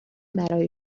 برای